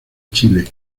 chile